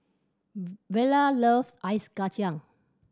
Vella loves ice kacang